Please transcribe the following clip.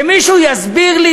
שמישהו יסביר לי.